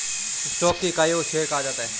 stock की इकाइयों को शेयर कहा जाता है